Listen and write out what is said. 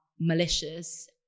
malicious